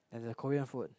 as a Korean food